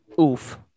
Oof